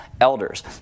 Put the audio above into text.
elders